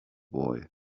boy